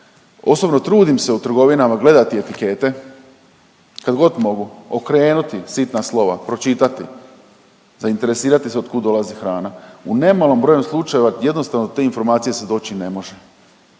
Osobno trudim se u trgovinama gledati etikete kad god mogu, okrenuti sitna slova, pročitati, zainteresirati se od kud dolazi hrana. U nemalom broju slučajeva jednostavno do te informacije se doći ne može.